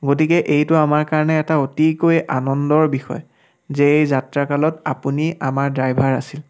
গতিকে এইটো আমাৰ কাৰণে অতিকৈ আনন্দৰ বিষয় যে এই যাত্ৰাকালাত আপুনি আমাৰ ড্ৰাইভাৰ আছিল